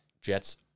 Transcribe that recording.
Jets